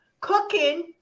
cooking